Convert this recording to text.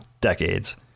decades